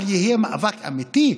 אבל יהיה מאבק אמיתי,